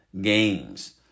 games